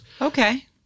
Okay